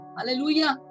Hallelujah